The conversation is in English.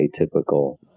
atypical